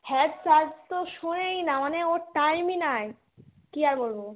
head sir তো শোনেই না মানে ওর টাইমই নাই কী আর বলবো